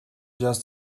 just